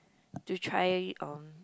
to try um